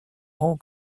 whole